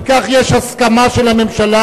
אם כך, יש הסכמה של הממשלה.